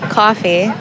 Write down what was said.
coffee